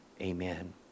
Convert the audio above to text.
Amen